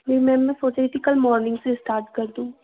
जी ma'am मैं सोच रही थी कल मॉर्निंग से स्टार्ट कर दूँ